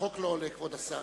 החוק לא עולה, כבוד השר.